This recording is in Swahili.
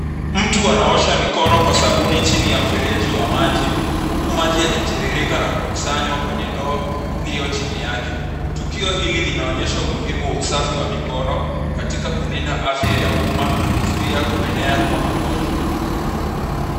Mtu anaosha mikono kwa sabuni chini ya mfereji wa maji, huku maji yakitiririka na kukusanywa kwenye ndoo, iliyo chini yake. Tukio hili linaonyesha umuhimu wa usafi wa mikono, katika kulinda afya ya umma, na kuzuia kuenea kwa magonjwa.